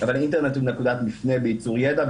אבל האינטרנט הוא נקודת מפנה בייצור ידע,